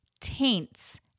taints